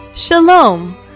Shalom